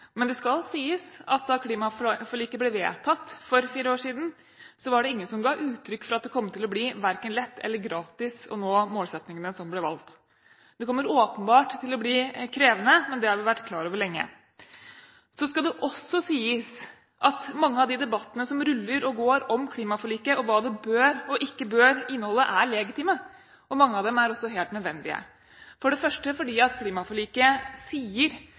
Men det skal sies at da klimaforliket ble vedtatt for fire år siden, var det ingen som ga uttrykk for at det kom til å bli verken lett eller gratis å nå målsettingene som ble valgt. Det kommer åpenbart til å bli krevende, men det har vi vært klar over lenge. Så skal det også sies at mange av de debattene som ruller og går om klimaforliket, og hva det bør og ikke bør inneholde, er legitime. Mange av dem er også helt nødvendige, for det første fordi klimaforliket sier